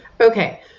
okay